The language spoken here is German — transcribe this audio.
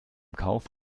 kauf